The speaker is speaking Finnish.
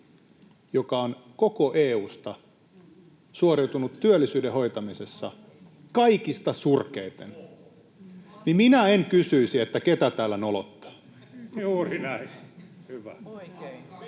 joka on koko EU:ssa suoriutunut työllisyyden hoitamisesta kaikista surkeiten, [Vasemmalta: Oho!] niin minä en kysyisi, ketä täällä nolottaa. Ja mitä